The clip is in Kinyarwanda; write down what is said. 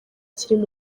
akiri